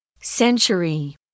Century